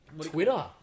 Twitter